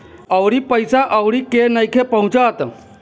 अउरी पईसा केहु अउरी के नइखे पहुचत